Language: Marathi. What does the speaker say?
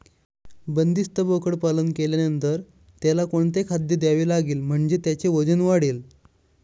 बंदिस्त बोकडपालन केल्यानंतर त्याला कोणते खाद्य द्यावे लागेल म्हणजे त्याचे वजन वाढेल?